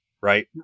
right